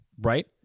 Right